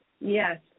Yes